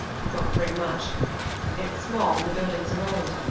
it won't bring much it's small and the buildings are old.